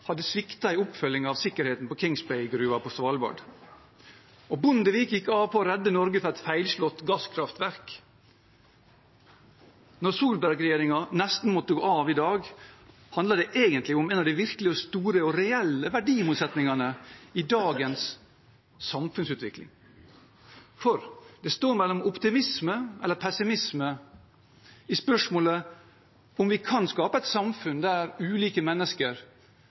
hadde sviktet i oppfølgingen av sikkerheten ved Kings Bay-gruven på Svalbard. Og Bondevik gikk av på å redde Norge fra et feilslått gasskraftverk. Når Solberg-regjeringen nesten måtte gå av i dag, handler det egentlig om en av de virkelig store og reelle verdimotsetningene i dagens samfunnsutvikling. For det står mellom optimisme og pessimisme i spørsmålet om vi kan skape et samfunn der ulike mennesker